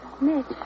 Mitch